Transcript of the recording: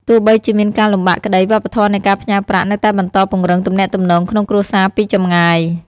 ទោះបីជាមានការលំបាកក្ដី វប្បធម៌នៃការផ្ញើប្រាក់នៅតែបន្តពង្រឹងទំនាក់ទំនងក្នងគ្រួសារពីចម្ងាយ។